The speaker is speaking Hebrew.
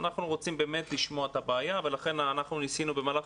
אנחנו רוצים באמת לשמוע את הבעיה ולכן אנחנו ניסינו במהלך